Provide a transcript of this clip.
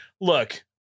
Look